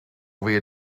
weer